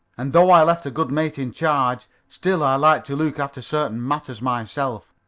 and though i left a good mate in charge, still i like to look after certain matters myself.